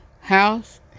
house